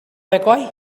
mccoy